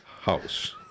house